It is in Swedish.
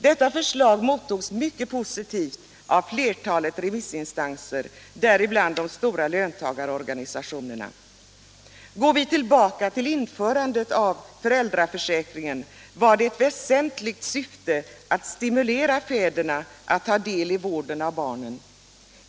Detta förslag mottogs mycket positivt av flertalet remissinstanser, däribland de stora löntagarorganisationerna. Går vi tillbaka till införandet av föräldraförsäkringen var det ett väsentligt syfte med den att stimulera fäderna att ta del i vården av barnen.